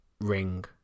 ring